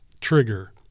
trigger